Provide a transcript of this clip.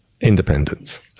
independence